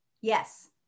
yes